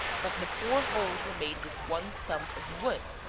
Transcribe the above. that the four holes were made with one stump of wood,